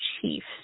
Chiefs